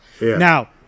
Now